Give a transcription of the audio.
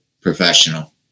professional